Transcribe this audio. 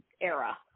era